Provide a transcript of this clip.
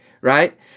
right